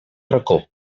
racó